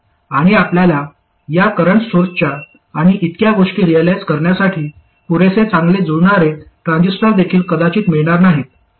आणि आपल्याला या करंट सोर्सच्या आणि इतक्या गोष्टी रिअलाईझ करण्यासाठी पुरेसे चांगले जुळणारे ट्रान्झिस्टर देखील कदाचित मिळणार नाहीत